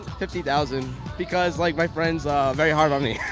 fifty thousand because like my friends are very hard on me.